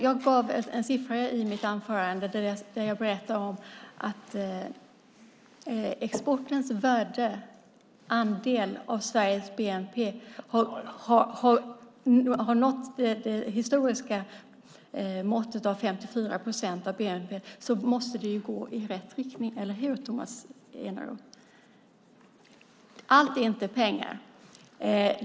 Jag gav en siffra i mitt anförande: Exportens värdeandel av Sveriges bnp har nått den historiska nivån 54 procent. Då måste det ju gå i rätt riktning - eller hur, Tomas Eneroth? Allt är inte pengar.